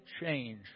change